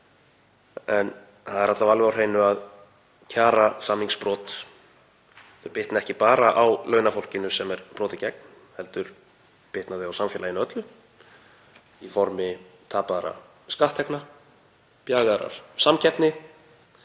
Það er alla vega alveg á hreinu að kjarasamningsbrot bitna ekki bara á launafólkinu sem er brotið gegn heldur bitna þau á samfélaginu öllu í formi tapaðra skatttekna, bjagaðar samkeppni